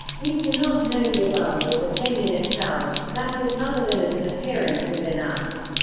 we cannot know the world as a thing-in-itself, that is, other than as an appearance within us.